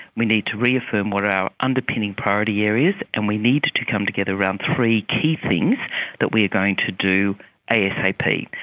we need to reaffirm what are our underpinning priority areas, and we need to come together around three key things that we are going to do asap.